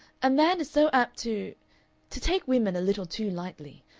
a man is so apt to to take women a little too lightly.